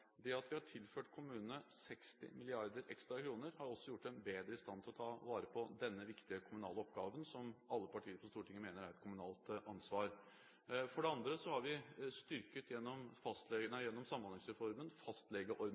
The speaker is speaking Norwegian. Det at vi har tilført kommunene 60 mrd. kr ekstra, har også gjort dem bedre i stand til å ta vare på denne viktige kommunale oppgaven, som alle partier på Stortinget mener er et kommunalt ansvar. For det andre har vi styrket, gjennom